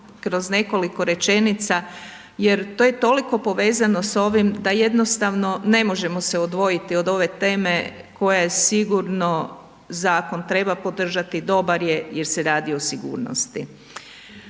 kroz nekoliko rečenica jer to je toliko povezano s ovim da jednostavno ne možemo se odvojiti od ove teme koja je sigurno, zakon treba podržati, dobar je jer se radi o sigurnosti.